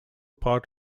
part